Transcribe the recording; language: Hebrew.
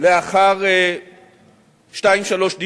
לאחר שניים-שלושה